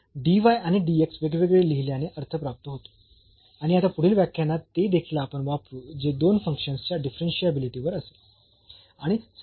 तर आणि वेगवेगळे लिहिल्याने अर्थ प्राप्त होतो आणि आता पुढील व्याख्यानात ते देखील आपण वापरू जे दोन फंक्शन्स च्या डिफरन्शियाबिलिटी वर असेल